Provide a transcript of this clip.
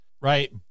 right